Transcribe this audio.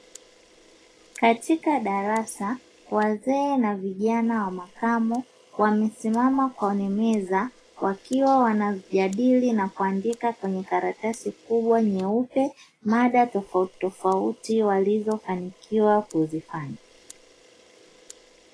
Katika darasa wazee na vijana wa makamo wamesimama kwenye meza, wakiwa wanajadili na kuandika kwenye karatasi kubwa nyeupe mada tofauti tofauti walizofanikiwa kuzifanya.